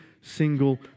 single